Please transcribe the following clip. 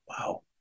wow